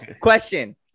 question